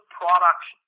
products